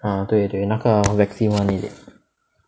ah 对对那个 vaccine [one] is it